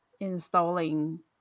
installing